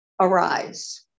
arise